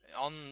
on